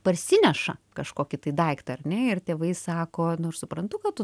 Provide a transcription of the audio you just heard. parsineša kažkokį daiktą ar ne ir tėvai sako nu aš suprantu kad tu